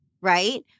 Right